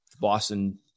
Boston